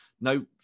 no